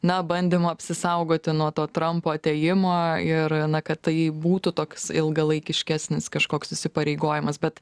na bandymo apsisaugoti nuo to trampo atėjimo ir na kad tai būtų toks ilgalaikiškesnis kažkoks įsipareigojimas bet